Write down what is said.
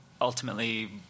ultimately